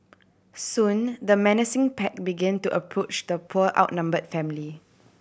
soon the menacing pack begin to approach the poor outnumbered family